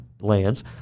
lands